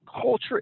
culture